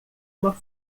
uma